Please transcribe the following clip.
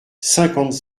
cinquante